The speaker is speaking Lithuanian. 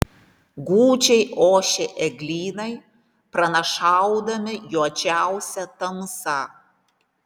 gūdžiai ošė eglynai pranašaudami juodžiausią tamsą